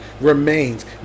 remains